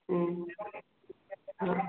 ଉଁ ହଁ